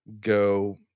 go